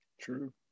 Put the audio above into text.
True